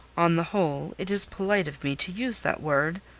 on the whole, it is polite of me to use that word.